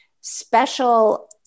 special